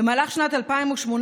במהלך שנת 2018,